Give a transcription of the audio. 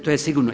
To je sigurno.